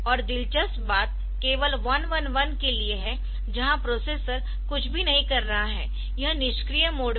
और दिलचस्प बात केवल 1 1 1 के लिए है जहां प्रोसेसर कुछ भी नहीं कर रहा है यह निष्क्रिय मोड है